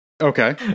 Okay